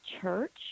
church